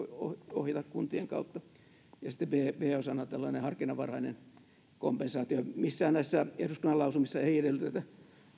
ohjata kuntien kautta ja sitten b osana tällainen harkinnanvarainen kompensaatio missään näissä eduskunnan lausumissa ei edellytetä